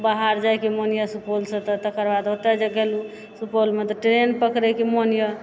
बाहर जाइके मोन यऽ सुपौलसँ तऽ तकर बाद ओतऽ जे गेल सुपौलमे तऽ ट्रेन पकड़िके मन यऽ